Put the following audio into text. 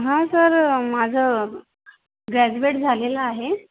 हां सर माझं ग्रॅज्युएट झालेलं आहे